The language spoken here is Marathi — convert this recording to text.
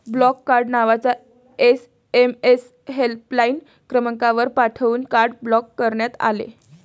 ब्लॉक कार्ड नावाचा एस.एम.एस हेल्पलाइन क्रमांकावर पाठवून कार्ड ब्लॉक करण्यात आले